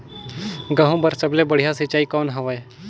गहूं बर सबले बढ़िया सिंचाई कौन हवय?